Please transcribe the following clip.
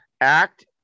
act